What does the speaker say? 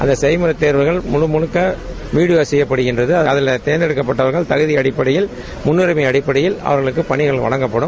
அந்த செய்முறை தேர்வுகள் முழுக்க வீடியோ செய்யப்படுகின்றது அதில் ஜர்ந்தெடுக்கப்பட்டவர்கள் தகுதி அடிப்படயில் முன்னுரிமை அடிப்படயில் அவர்களுக்கு பணிகள் வழங்கப்படும்